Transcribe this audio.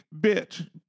bitch